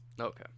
okay